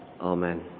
Amen